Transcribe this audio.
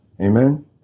Amen